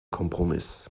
kompromiss